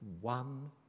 one